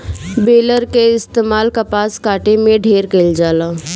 baler कअ इस्तेमाल कपास काटे में ढेर कइल जाला